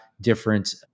different